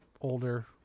older